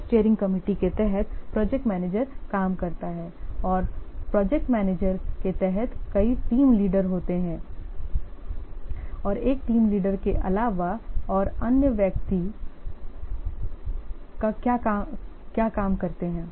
फिर steering committee के तहत प्रोजेक्ट मैनेजर काम करता है और प्रोजेक्ट मैनेजर के तहत कई टीम लीडर होते हैं और एक टीम लीडर के अलावा और अन्य व्यक्ति क्या काम करते हैं